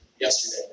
yesterday